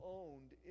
owned